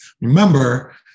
remember